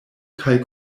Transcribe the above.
kaj